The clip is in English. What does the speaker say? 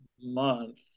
month